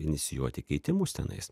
inicijuoti keitimus tenai